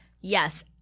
Yes